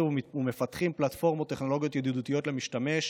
ומפתחים פלטפורמות טכנולוגיות ידידותיות למשתמש,